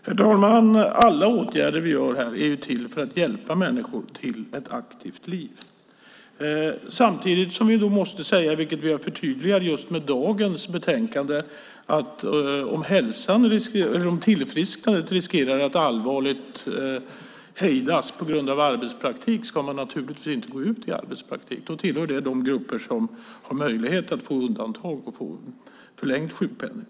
Herr talman! Alla åtgärder som vi vidtar är till för att hjälpa människor till ett aktivt liv. Samtidigt måste vi säga, vilket vi förtydligar med dagens betänkande, att om tillfrisknandet riskerar att allvarligt hejdas på grund av arbetspraktik ska man naturligtvis inte gå ut i arbetspraktik. Då tillhör man de grupper som har möjlighet att få undantag och få förlängd sjukpenning.